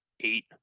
eight